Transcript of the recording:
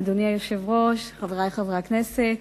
אדוני היושב-ראש, חברי חברי הכנסת,